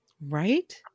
Right